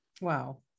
Wow